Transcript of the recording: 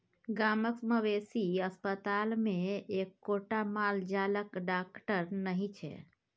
गामक मवेशी अस्पतालमे एक्कोटा माल जालक डाकटर नहि छै